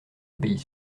obéit